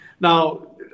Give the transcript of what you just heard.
Now